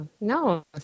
no